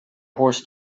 horse